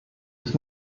ich